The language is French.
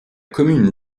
commune